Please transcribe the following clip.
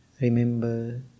Remember